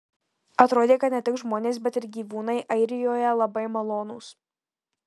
atrodė kad ne tik žmonės bet ir gyvūnai airijoje labai malonūs